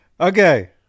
okay